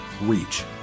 reach